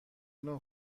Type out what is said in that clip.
نوع